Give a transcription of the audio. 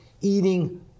eating